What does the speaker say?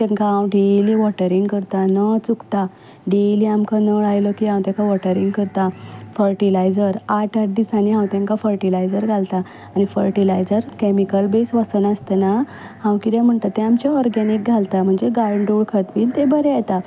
तांकां हांव daily watering करता न चुकता डेयली आमकां नळ आयलो की हांव तांकां वॉटरिंग करतां फर्टिलायजर आठ आठ दिसांनी हांव तेंकां फर्टिलायझर घालतां आनी फर्टिलायझर कॅमिकल बॅस वापरनासतना हांव कितें म्हणटा तें आमचें ऑर्गेनिक घालतां म्हणजे गांयदोळ खत बीन तें बरें येता